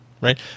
Right